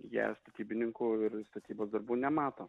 jie statybininkų ir statybos darbų nemato